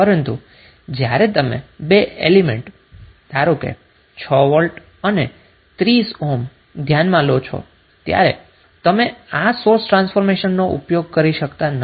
પરંતુ જ્યારે તમે આ બે એલીમેન્ટ 6 વોલ્ટ અને 30 ઓહ્મને ધ્યાનમાં લો ત્યારે તમે આ સોર્સ ટ્રાન્સફોર્મેશનનો ઉપયોગ કરી શકતા નથી